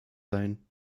sein